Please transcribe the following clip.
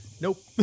Nope